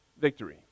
victory